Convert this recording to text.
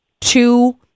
two